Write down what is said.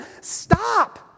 Stop